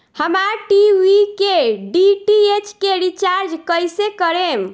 हमार टी.वी के डी.टी.एच के रीचार्ज कईसे करेम?